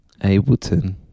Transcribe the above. Ableton